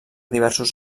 diversos